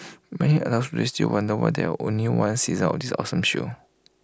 many adults still wonder why there only one season of this awesome show